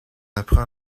apprend